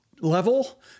level